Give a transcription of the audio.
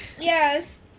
Yes